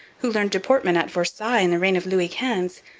who learned deportment at versailles in the reign of louis quinze,